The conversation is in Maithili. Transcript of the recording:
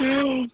हँ